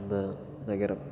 എന്ന നഗരം